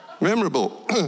Memorable